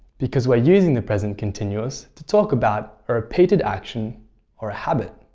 because we're using the present continuous to talk about a repeated action or a habit,